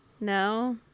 No